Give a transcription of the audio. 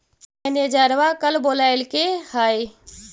मैनेजरवा कल बोलैलके है?